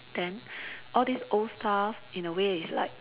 then all this old stuff in a way is like